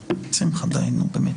שמחה, די, נו באמת.